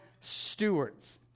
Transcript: stewards